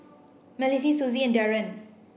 Malissie Suzie and Darren